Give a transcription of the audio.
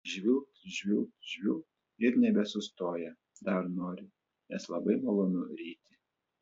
žvilgt žvilgt žvilgt ir nebesustoja dar nori nes labai malonu ryti